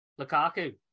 Lukaku